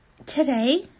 Today